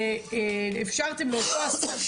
באותו חודש